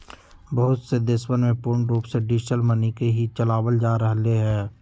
बहुत से देशवन में पूर्ण रूप से डिजिटल मनी के ही चलावल जा रहले है